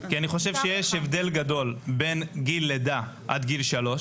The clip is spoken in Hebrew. כי אני חושב שיש הבדל גדול בין גיל לידה עד גיל שלוש,